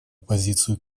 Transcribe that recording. позицию